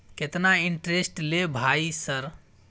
केतना इंटेरेस्ट ले भाई सर?